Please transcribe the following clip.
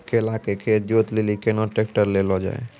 केला के खेत जोत लिली केना ट्रैक्टर ले लो जा?